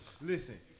Listen